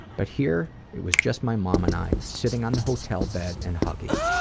but here, it was just my mom and i, sitting on the hotel bed and hugging.